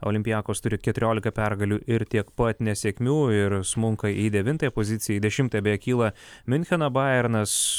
olympiakos turi keturiolika pergalių ir tiek pat nesėkmių ir smunka į devintąją poziciją į dešimtąją beje kyla miuncheno bajernas